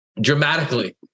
Dramatically